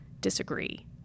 disagree